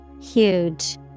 Huge